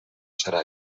serà